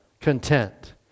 content